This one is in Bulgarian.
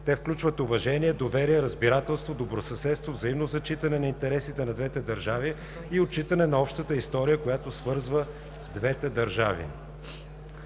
Те включват: уважение, доверие, разбирателство, добросъседство, взаимно зачитане на интересите на двете държави и отчитане на общата история, която свързва двете държави.